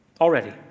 Already